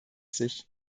sich